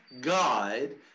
God